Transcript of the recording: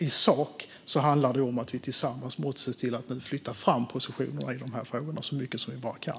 I sak handlar det om att vi tillsammans måste flytta fram positionerna i de här frågorna så mycket som vi bara kan.